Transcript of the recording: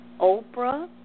Oprah